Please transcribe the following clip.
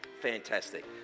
Fantastic